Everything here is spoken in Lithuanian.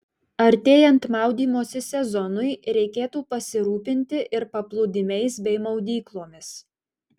artėjant maudymosi sezonui reikėtų pasirūpinti ir paplūdimiais bei maudyklomis